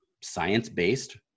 science-based